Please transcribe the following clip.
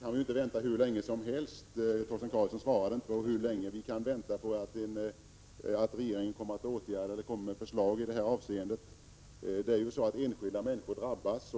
kan vi inte vänta hur länge som helst. Torsten Karlsson svarade inte på frågan hur länge vi skall få vänta på förslag från regeringen i detta avseende. Enskilda människor drabbas.